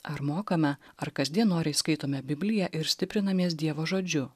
ar mokame ar kasdien noriai skaitome bibliją ir stiprinamės dievo žodžiu